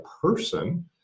person